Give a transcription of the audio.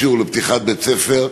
אישור לפתיחת בית-ספר.